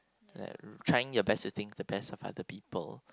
like trying your best to think the best of other people